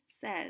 says